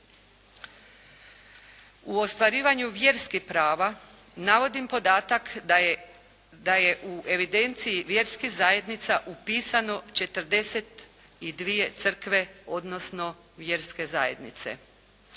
U ostvarivanju vjerskih prava, navodim podatak da je, da je u evideniciji vjerskih zajednica upisano 42 crkve, odnosno vjerske zajednice.